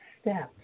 steps